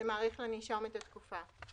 זה מאריך לנישום את התקופה.